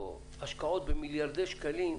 השקעות פה במיליארדי שקלים,